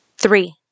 Three